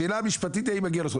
השאלה המשפטית היא האם מגיעה לו זכות.